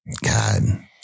God